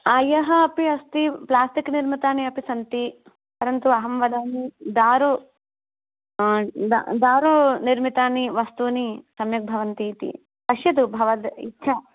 आयः अपि अस्ति प्लास्तिक् निर्मितानि अपि सन्ति परन्तु अहं वदामि दारु दा दारुनिर्मितानि वस्तूनि सम्यक् भवन्ति इति पश्यतु भवादिच्छा